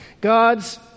God's